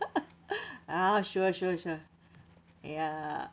ah sure sure sure !aiya!